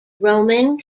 roman